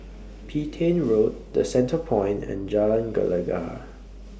Petain Road The Centrepoint and Jalan Gelegar